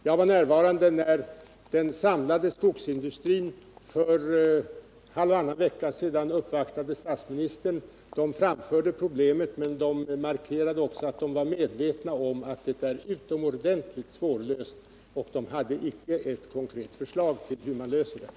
Jag var närvarande när den samlade skogsindustrin för halvannan vecka sedan uppvaktade statsministern. Man framförde problemet, men markerade också att man var medveten om att det är utomordentligt svårlöst. Man hade inte heller något konkret förslag på hur det kan lösas.